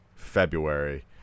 february